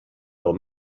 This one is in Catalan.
pel